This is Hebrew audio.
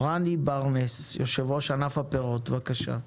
רני בר-נס, יושב ראש ענף הפירות, בבקשה.